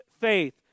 faith